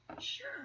Sure